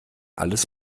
alles